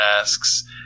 asks